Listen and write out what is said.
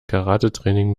karatetraining